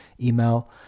email